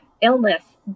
illness